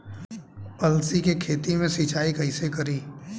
अलसी के खेती मे सिचाई कइसे करी?